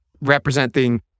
representing